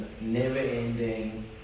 never-ending